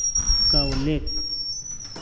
का उल्लेख